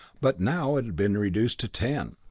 but now it had been reduced to ten.